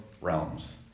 realms